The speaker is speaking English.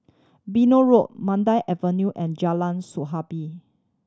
Beno Road Mandai Avenue and Jalan